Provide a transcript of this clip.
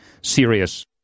serious